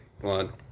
One